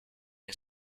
and